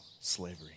slavery